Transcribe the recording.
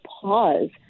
pause